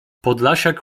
podlasiak